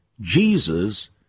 Jesus